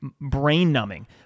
brain-numbing